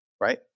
right